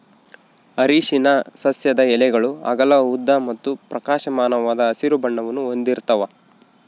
ಅರಿಶಿನ ಸಸ್ಯದ ಎಲೆಗಳು ಅಗಲ ಉದ್ದ ಮತ್ತು ಪ್ರಕಾಶಮಾನವಾದ ಹಸಿರು ಬಣ್ಣವನ್ನು ಹೊಂದಿರ್ತವ